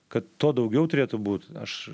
kad to daugiau turėtų būt aš